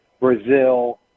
Brazil